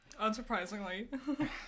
Unsurprisingly